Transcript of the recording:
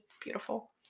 beautiful